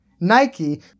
Nike